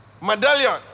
medallion